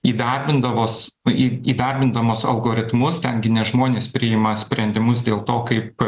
įdarbindavos į įdarbindamos algoritmus ten gi ne žmonės priima sprendimus dėl to kaip